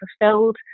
fulfilled